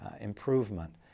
improvement